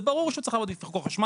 זה ברור שהוא צריך לעבוד לפי חוק החשמל,